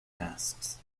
masts